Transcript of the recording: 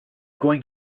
going